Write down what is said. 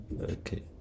Okay